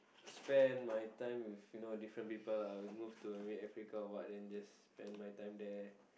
spend my time with you know different people lah move to maybe Africa or what then just spend my time there